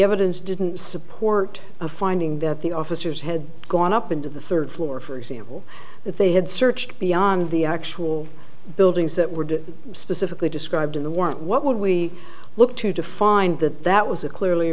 evidence didn't support a finding that the officers had gone up into the third floor for example that they had searched beyond the actual buildings that were to specifically described in the want what would we look to to find that that was a clearly